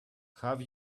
have